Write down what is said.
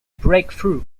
breakthrough